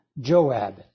Joab